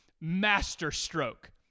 masterstroke